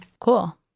Cool